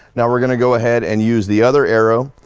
now we're going to go ahead and use the other arrow.